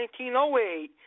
1908